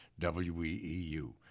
WEEU